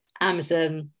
Amazon